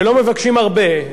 שלא מבקשים הרבה,